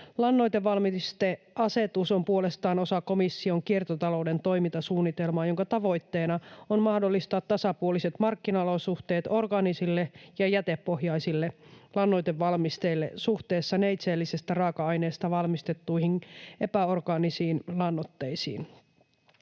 Lannoitevalmisteasetus on puolestaan osa komission kiertotalouden toimintasuunnitelmaa, jonka tavoitteena on mahdollistaa tasapuoliset markkinaolosuhteet orgaanisille ja jätepohjaisille lannoitevalmisteille suhteessa neitseellisestä raaka-aineesta valmistettuihin epäorgaanisiin lannoitteisiin.